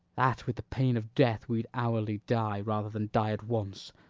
that with the pain of death we'd hourly die rather than die at once!